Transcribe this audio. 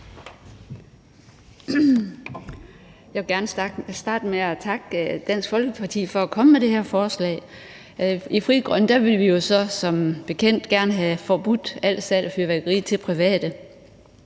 Jeg vil gerne starte med at takke Dansk Folkeparti for at komme med det her lovforslag. I Frie Grønne vil vi som bekendt gerne have forbudt al salg af fyrværkeri til private.